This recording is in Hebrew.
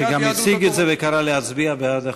שגם הציג את זה וקרא להצביע בעד החוק.